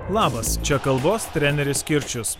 labas čia kalbos treneris kirčius